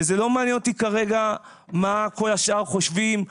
זה לא מעניין אותי כרגע מה כל השאר חושבים.